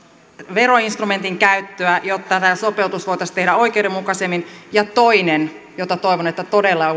veroinstrumentin käyttöä jotta tämä sopeutus voitaisiin tehdä oikeudenmukaisemmin ja toiseksi toivon että todella